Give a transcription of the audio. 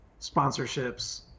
sponsorships